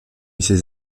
ses